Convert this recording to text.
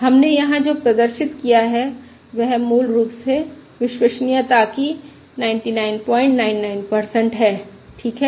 हमने यहां जो प्रदर्शित किया है वह मूल रूप से विश्वसनीयता की 9999 है ठीक है